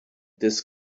this